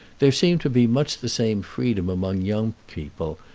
there seemed to be much the same freedom among young people,